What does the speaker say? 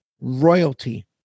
royalty